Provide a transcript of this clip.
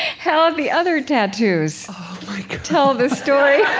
how and the other tattoos tell the story.